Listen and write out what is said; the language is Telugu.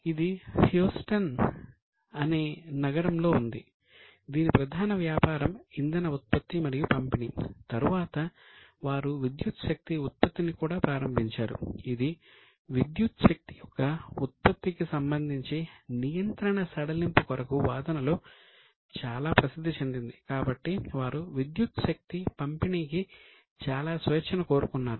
ఇది హ్యూస్టన్ 90 డాలర్ల స్థాయికి చేరుకుంది